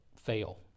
fail